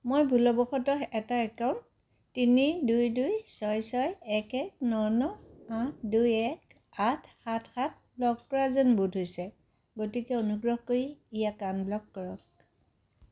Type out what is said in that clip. মই ভুলবশতঃ এটা একাউণ্ট তিনি দুই দুই ছয় ছয় এক এক ন ন আঠ দুই এক আঠ সাত সাত ব্লক কৰা যেন বোধ হৈছে গতিকে অনুগ্ৰহ কৰি ইয়াক আনব্লক কৰক